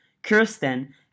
Kirsten